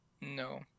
No